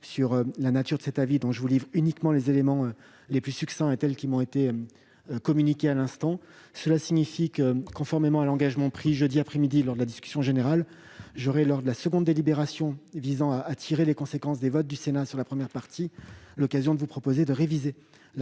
sur la nature de cet avis, dont je vous transmets uniquement les éléments les plus succincts, tels qu'ils m'ont été communiqués à l'instant. Cela signifie que, conformément à l'engagement pris jeudi après-midi lors de la discussion générale, j'aurai, lors de la seconde délibération visant à tirer les conséquences des votes du Sénat sur la première partie, l'occasion de vous proposer de réviser l'article